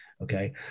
Okay